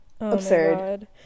Absurd